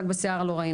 רק בשיער לא ראינו,